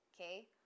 Okay